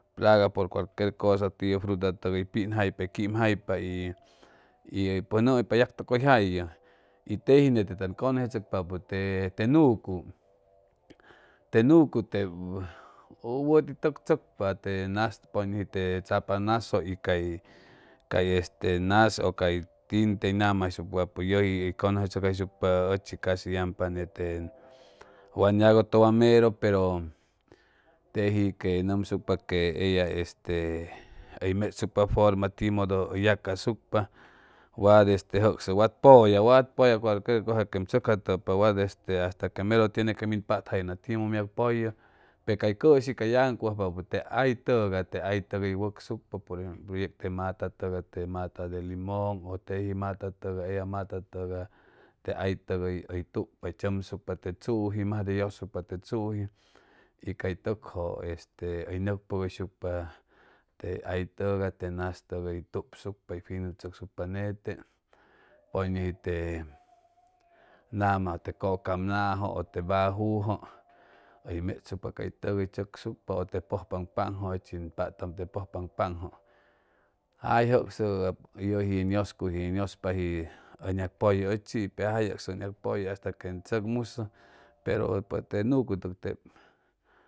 Plaga por cualquier cosa tío fruta tegay uy pinjaupa o quimjaupa y y pon yomuyapa oy yactócyjaupa y yajijete toy conosetsocapo te yucu te yucu teb u wati tsocpa te ñas poy ñoji te tsapats nasjo y cay cay este jas coy lin te gama yajij toy conjosetsocpa tichi casi waj yagú tewa mero pero tej que yomtsucpa que wa este uy metsucpa forma tío modo uy yaccasucpa wad este jesó wa poya wad poya cualquier cosa que ém tsocja to pauad asta que tiene quem pat jayt tío min a peyt peca tichi ca yagncugajpapo te ay togay i ay togay teb uy watsucpa por ejemplo yobo yebo mata togay mata de limón u leji mata togay te ay togay teb uy wetsucpa por ejemplo yobo ye meta tegay te mata de limón tiy tucpa tsomtsocpa te tsuji, mas de yaucupa te tsuji y cay tejtu este este tumoyegujusucpa te hay togay le ñas togay uy tucsucpa uy fiju tsoc sucpa jete poy ñoji te gama le cocab ñojo e teb bajujo tiy metsucpa cay te uy tsocsucpa o te pojpa panjao o patjam te pojpapanjo hay jasjo yaji ñe yuscu que yospaj o sucupa tchini pe ja ya jeso e yac poyo hasta que tiy tsoc mus pero teb le yucu teb